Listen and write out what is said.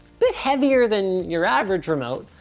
bit heavier than your average remote,